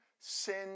sin